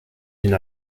une